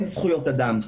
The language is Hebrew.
אין זכויות אדם.